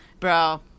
bro